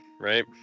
right